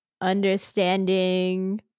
understanding